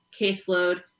caseload